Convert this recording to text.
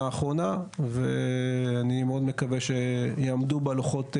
האחרונה ואני מאוד מקווה שיעמדו בלוחות זמנים.